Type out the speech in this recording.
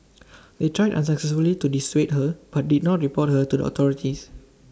they tried unsuccessfully to dissuade her but did not report her to the authorities